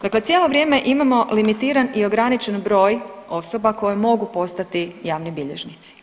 Dakle, cijelo vrijeme imamo limitiran i ograničen broj osoba koje mogu postati javni bilježnici.